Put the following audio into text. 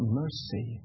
mercy